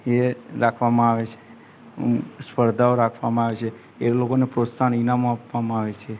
એ રાખવામાં આવે છે સ્પર્ધાઓ રાખવામાં આવે છે એ લોકોને પ્રોત્સાહન ઈનામો આપવામાં આવે છે